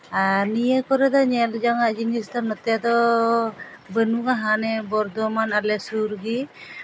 ᱟᱨ ᱱᱤᱭᱟᱹ ᱠᱚᱨᱮ ᱫᱚ ᱧᱮᱞ ᱡᱚᱝ ᱟᱜ ᱡᱤᱱᱤᱥ ᱫᱚ ᱱᱚᱛᱮ ᱫᱚ ᱵᱟᱹᱱᱩᱜᱼᱟ ᱦᱟᱱᱮ ᱵᱚᱨᱫᱷᱚᱢᱟᱱ ᱟᱞᱮ ᱥᱩᱨ ᱜᱮ